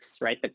right